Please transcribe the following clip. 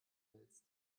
willst